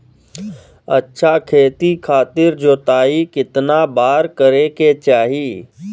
अच्छा खेती खातिर जोताई कितना बार करे के चाही?